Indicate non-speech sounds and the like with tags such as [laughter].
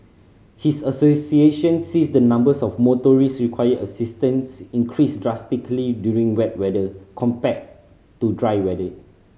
his association sees the numbers of motorist requiring assistance increase drastically during wet weather compared to dry [unintelligible]